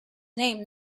name